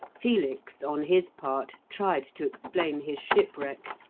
felix, on his part, tried to explain his shipwreck,